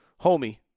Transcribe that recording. Homie